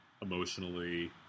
emotionally